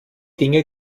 dinge